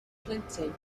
plentyn